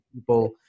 people